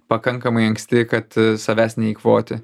pakankamai anksti kad savęs neeikvoti